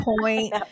point